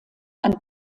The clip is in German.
und